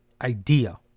idea